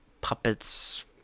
puppets